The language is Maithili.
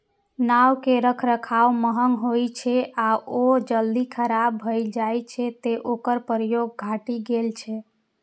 नाव के रखरखाव महग होइ छै आ ओ जल्दी खराब भए जाइ छै, तें ओकर प्रयोग घटि गेल छै